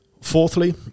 Fourthly